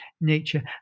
nature